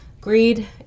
Greed